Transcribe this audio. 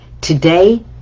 today